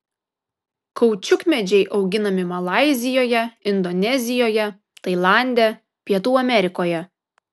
kaučiukmedžiai auginami malaizijoje indonezijoje tailande pietų amerikoje